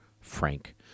Frank